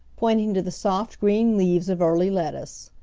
pointing to the soft green leaves of early lettuce.